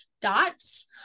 dots